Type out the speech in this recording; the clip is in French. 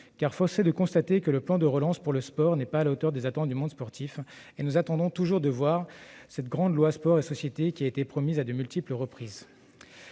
? Force est de constater que le plan de relance pour le sport n'est pas à la hauteur des attentes du monde sportif. Et nous attendons toujours de voir cette grande loi sur le sport et la société qui a été promise à de multiples reprises